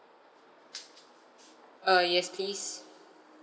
err yes please